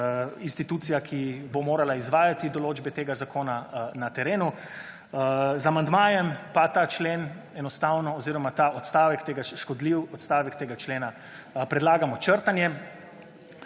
institucija, ki bo morala izvajati določbe tega zakona na terenu, z amandmajem pa ta člen enostavno oziroma ta odstavek tega, škodljiv odstavek tega člena predlagamo črtanje.